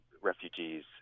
refugees